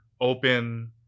open